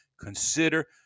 Consider